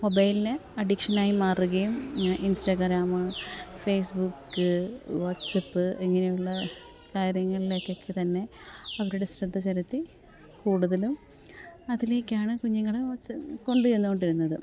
മൊബൈലിന് അഡിക്ഷനായി Instagram Facebook WhatsApp ഇങ്ങനെയുള്ള കാര്യങ്ങളിലേക്ക് ഒക്കെ തന്നെ അവരുടെ ശ്രദ്ധ ചെലുത്തി കൂടുതലും അതിലേയ്ക്കാണ് കുഞ്ഞുങ്ങൾ കൊണ്ട് ചെന്നു കൊണ്ടിരിന്നത്